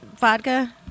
vodka